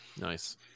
nice